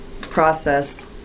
process